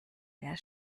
sehr